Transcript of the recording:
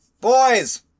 Boys